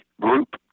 group